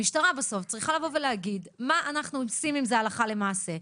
המשטרה בסוף צריכה להגיד מה אנחנו עושים עם זה הלכה למעשה.